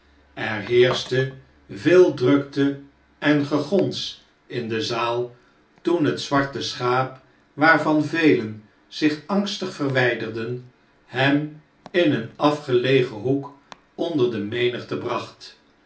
er heerschte veel drukte en gegons in de zaal toen het zwarte schaap waarvan velen zich angstig verwgderden hem in een afgelegen hoek onder de menigte bracht